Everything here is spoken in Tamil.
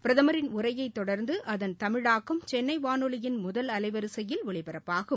பிரதமரின் உரையை தொடர்ந்து அகுன் தமிழாக்கம் சென்னை வானொலியின் முதல் அலைவரிசையில் ஒலிபரப்பாகும்